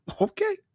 Okay